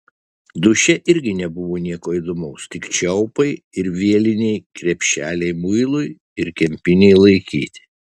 duše irgi nebuvo nieko įdomaus tik čiaupai ir vieliniai krepšeliai muilui ir kempinei laikyti